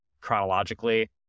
chronologically